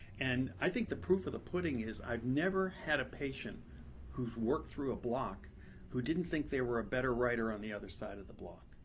and i think the proof of the pudding is i've never had a patient who has worked through a block who didn't think they were a better writer on the other side of the block.